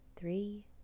Three